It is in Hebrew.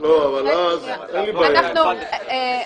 אין לי בעיה עם זה.